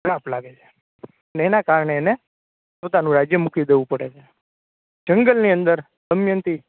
શ્રાપ લાગે છે અને એના કારણે એને પોતાનું રાજ્ય મૂકી દેવું પડે છે જંગલની અંદર દમયંતી